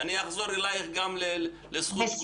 אני אחזור אלייך גם לזכות דיבור.